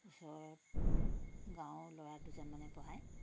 ওচৰত গাঁৱৰ ল'ৰা দুজনমানে পঢ়ায়